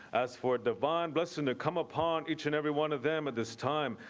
as for divine blessing to come upon each and every one of them at this time.